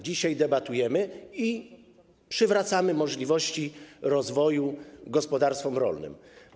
Dzisiaj debatujemy i przywracamy możliwości rozwoju gospodarstwom rolnym.